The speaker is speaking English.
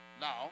Now